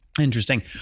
interesting